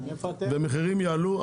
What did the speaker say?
והמחירים יעלו,